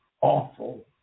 Awful